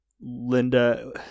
Linda